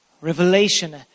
Revelation